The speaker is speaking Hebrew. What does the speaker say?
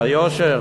זה היושר?